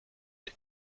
die